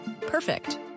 Perfect